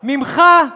ממך?